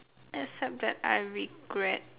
except that I regret